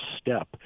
step